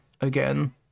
again